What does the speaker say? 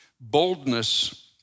boldness